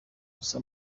gusa